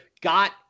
got